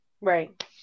Right